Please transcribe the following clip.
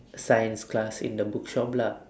science class in the bookshop lah